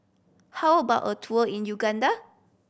how about a tour in Uganda